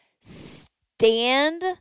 stand